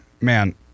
Man